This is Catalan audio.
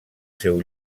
seu